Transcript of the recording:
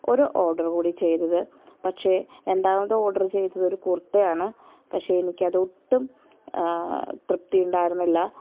ഒരു ഓർഡർ കൂടി ചെയ്തത് പക്ഷേ രണ്ടാമത് ഓർഡർ ചെയ്തത് ഒരു കുർത്തയാണ് പക്ഷേ എനിക്കത് ഒട്ടും തൃപ്തി ഉണ്ടായിരുന്നില്ല